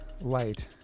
light